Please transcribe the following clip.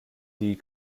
die